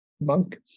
monk